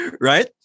right